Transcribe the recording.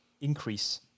increase